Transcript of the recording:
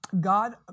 God